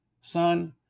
Son